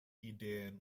ideen